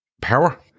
power